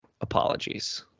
apologies